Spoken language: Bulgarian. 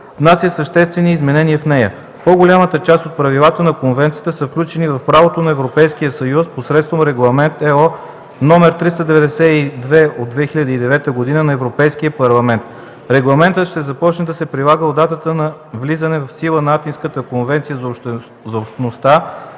внася съществени изменения в нея. По голямата част от правилата на конвенцията са включени в правото на Европейския съюз (ЕС) посредством Регламент (ЕО) № 392/2009 на Европейския парламент (ЕП) . Регламентът ще започне да се прилага от датата на влизане в сила на Атинската конвенция за общността,